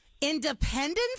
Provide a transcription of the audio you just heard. independence